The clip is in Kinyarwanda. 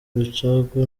rucagu